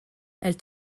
elle